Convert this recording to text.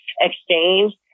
exchange